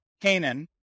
Canaan